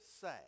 say